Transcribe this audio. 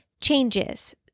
changes